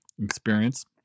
experience